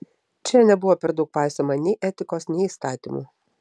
čia nebuvo per daug paisoma nei etikos nei įstatymų